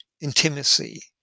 intimacy